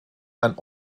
ein